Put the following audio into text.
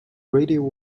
radio